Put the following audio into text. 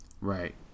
Right